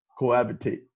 cohabitate